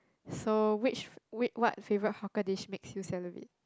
so which what favourite hawker dish makes you salivate